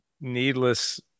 needless